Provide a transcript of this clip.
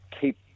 keep